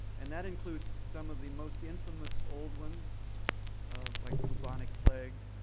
and that includes some of the most infamous old ones like bubonic plague,